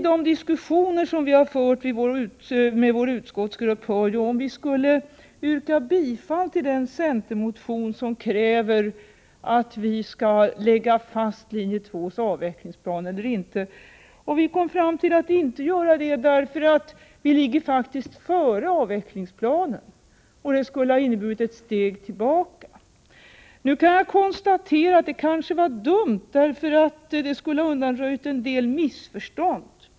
De diskussioner som vi fört med vår utskottsgrupp har också gällt om vi skulle yrka bifall till centermotionen som kräver att vi skall lägga fast linje 2:s avvecklingsplan. Vi kom fram till att vi inte borde göra det, eftersom vi faktiskt ligger före avvecklingsplanen och ett sådant beslut skulle ha inneburit ett steg tillbaka. Nu kan jag konstatera att det kanske var dumt, eftersom ett sådant beslut skulle ha undanröjt en del missförstånd.